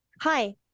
Hi